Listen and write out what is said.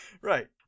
Right